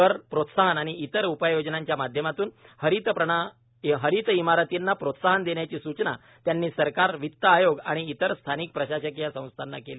कर प्रोत्साहन आणि इतर उपाययोजनांच्या माध्यमातून हरित इमारतींना प्रोत्साहन देण्याची सूचना त्यांनी सरकार वित्त आयोग आणि इतर स्थानिक प्रशासकीय संस्थांना केली